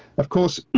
of course,